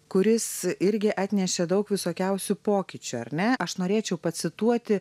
kuris irgi atnešė daug visokiausių pokyčių ar ne aš norėčiau pacituoti